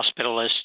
hospitalist